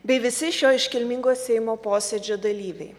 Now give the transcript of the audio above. bei visi šio iškilmingo seimo posėdžio dalyviai